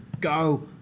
go